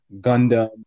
Gundam